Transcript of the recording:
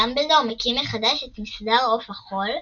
דמבלדור מקים מחדש את מסדר עוף החול,